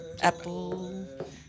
Apple